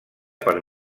per